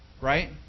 right